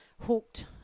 hooked